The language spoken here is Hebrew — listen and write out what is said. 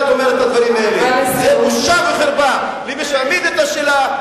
זה בושה וחרפה למי שהעמיד את השאלה,